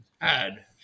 add